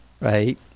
right